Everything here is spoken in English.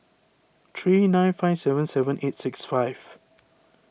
three nine five seven seven eight six five